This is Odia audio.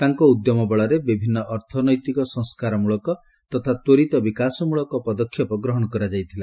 ତାଙ୍କ ଉଦ୍ୟମ ବଳରେ ବିଭିନ୍ନ ଅର୍ଥନୈତିକ ସଂସ୍କାରମ୍ଳକ ତଥା ତ୍ୱରିତ ବିକାଶମୂଳକ ପଦକ୍ଷେପ ଗ୍ରହଣ କରାଯାଇଥିଲା